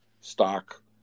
stock